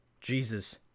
Jesus